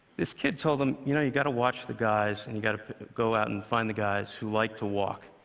this kid told him, you know, you gotta watch the guys, and you gotta go out and find the guys who like to walk,